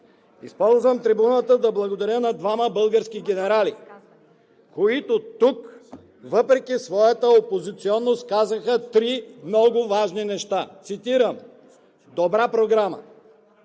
Използвам трибуната да благодаря на двама български генерали, които тук, въпреки своята опозиционност, казаха три много важни неща. Цитирам: „Добра програма,